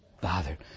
bothered